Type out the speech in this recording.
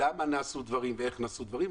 למה נעשו דברים ואיך נעשו דברים.